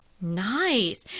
Nice